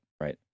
right